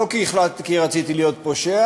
לא כי רציתי להיות פושע,